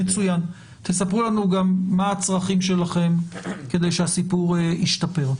תספרו לנו גם מהם הצרכים שלכם כדי שהסיפור ישתפר.